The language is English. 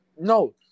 No